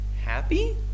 happy